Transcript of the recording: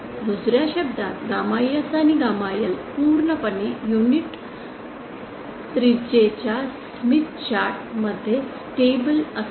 दुसर्या शब्दात gamma S आणि गॅमा L पूर्णपणे युनिट त्रिज्याच्या स्मिथ चार्ट मध्ये स्टेबल असावेत